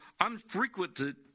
unfrequented